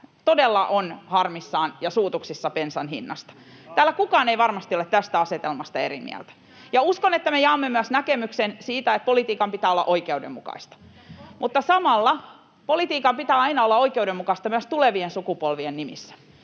todella on harmissaan ja suutuksissaan bensan hinnasta. Täällä kukaan ei varmasti ole tästä asetelmasta eri mieltä. Uskon, että me jaamme myös näkemyksen siitä, että politiikan pitää olla oikeudenmukaista, [Perussuomalaisten ryhmästä: Mitäs konkreettisesti?] mutta samalla politiikan pitää aina olla oikeudenmukaista myös tulevien sukupolvien nimissä.